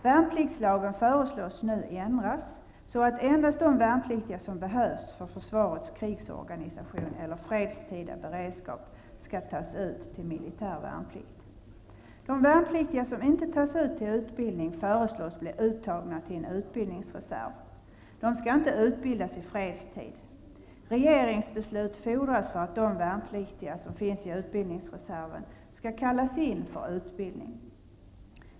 Värnpliktslagen föreslås nu ändras så att endast de värnpliktiga som behövs för försvarets krigsorganisation eller fredstida beredskap skall tas ut till militär värnplikt. De värnpliktiga som inte tas ut till utbildning föreslås bli uttagna till en utbildningsreserv. De skall inte utbildas i fredstid. Regeringsbeslut fordras för att de värnpliktiga som finns i utbildningsreserven skall kallas in för utbildning.